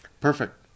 Perfect